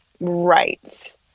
Right